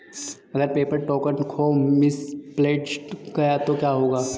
अगर paper token खो misplaced गया तो क्या होगा?